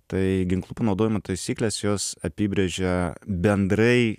tai ginklų panaudojimo taisyklės jos apibrėžia bendrai